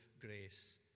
grace